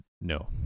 No